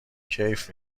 کیف